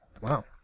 Wow